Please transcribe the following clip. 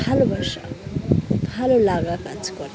ভালোবাসা ভালো লাগা কাজ করে